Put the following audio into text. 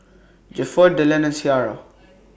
Gifford Dillan and Ciarra